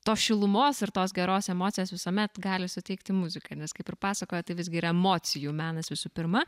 tos šilumos ir tos geros emocijos visuomet gali suteikti muzika nes kaip ir pasakojot tai visgi yra emocijų menas visų pirma